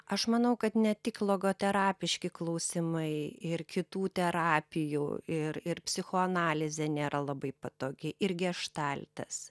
aš manau kad ne tik logoterapiški klausimai ir kitų terapijų ir ir psichoanalizė nėra labai patogi ir geštaltas